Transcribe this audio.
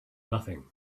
nothing